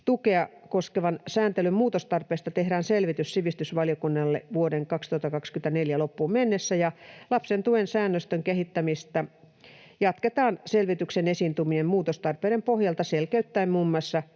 tukea koskevan sääntelyn muutostarpeista tehdään selvitys sivistysvaliokunnalle vuoden 2024 loppuun mennessä, ja lapsen tuen säännöstön kehittämistä jatketaan selvityksen esiin tuomien muutostarpeiden pohjalta selkeyttäen muun